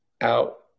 out